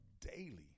daily